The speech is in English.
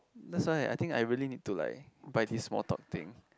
that's why I think I really need to like buy this more thought thing